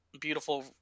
beautiful